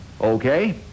Okay